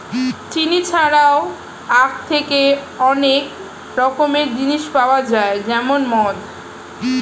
চিনি ছাড়াও আখ থেকে অনেক রকমের জিনিস পাওয়া যায় যেমন মদ